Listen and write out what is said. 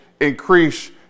increase